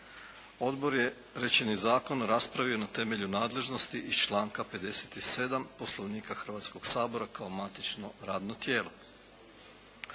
Odbor je rečeni zakon raspravio na temelju nadležnosti iz članka 57. Poslovnika Hrvatskog sabora kao matično radno tijelo.